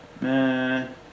Man